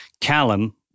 Callum